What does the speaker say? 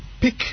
pick